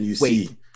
wait